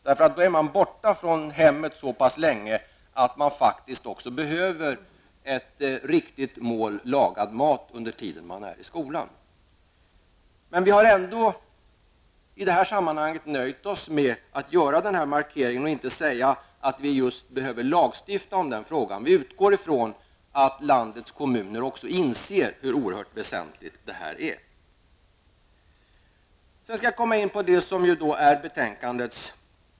De är borta från hemmet så pass länge att de behöver ett riktigt mål lagad mat under den tid de är i skolan. Vi har ändå i detta sammanhang nöjt oss med denna markering och inte sagt att vi just behöver lagstifta om den frågan. Vi utgår från att landets kommuner inser hur oerhört väsentligt detta är.